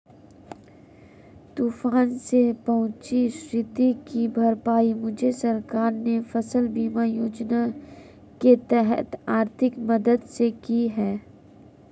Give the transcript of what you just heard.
तूफान से पहुंची क्षति की भरपाई मुझे सरकार ने फसल बीमा योजना के तहत आर्थिक मदद से की है